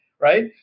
right